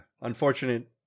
Unfortunate